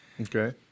Okay